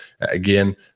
again